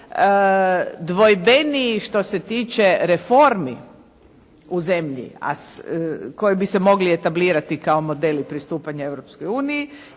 dvojbeniji što se tiče reformi u zemlji koji bi se mogli etablirati kao modeli pristupanja